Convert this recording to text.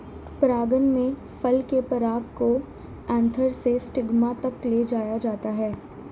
परागण में फल के पराग को एंथर से स्टिग्मा तक ले जाया जाता है